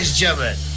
gentlemen